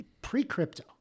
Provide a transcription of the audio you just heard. pre-crypto